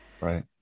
Right